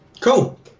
Cool